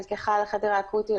נלקחה לחדר האקוטי.